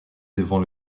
devant